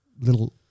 little